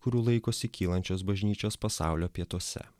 kurių laikosi kylančios bažnyčios pasaulio pietuose